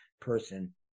person